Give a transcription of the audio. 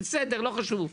בסדר, לא חשוב.